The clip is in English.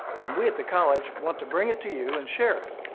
and we at the college want to bring it to you and share it.